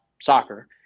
soccer